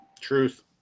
truth